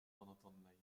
monotonnej